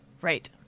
Right